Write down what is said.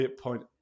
point